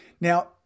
Now